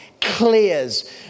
clears